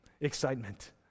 excitement